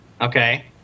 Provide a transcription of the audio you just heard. Okay